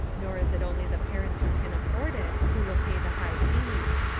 nor is it only the parents who can afford it who will pay the high fees.